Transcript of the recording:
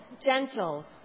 gentle